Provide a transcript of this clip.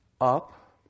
up